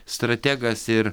strategas ir